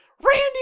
Randy